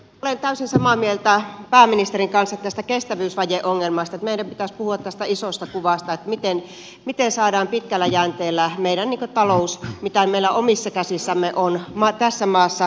olen täysin samaa mieltä pääministerin kanssa tästä kestävyysvajeongelmasta että meidän pitäisi puhua tästä isosta kuvasta miten saadaan pitkällä jänteellä meidän talous mitä meillä omissa käsissämme on tässä maassa kuntoon